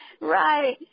Right